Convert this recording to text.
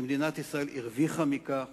שמדינת ישראל הרוויחה מכך